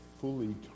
fully